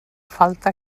falta